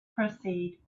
proceed